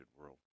world